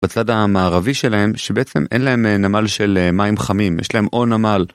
בצד המערבי שלהם, שבעצם אין להם נמל של מים חמים, יש להם או נמל.